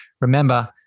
remember